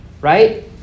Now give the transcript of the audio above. right